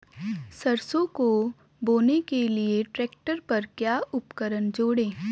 सरसों को बोने के लिये ट्रैक्टर पर क्या उपकरण जोड़ें?